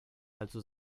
also